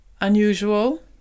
unusual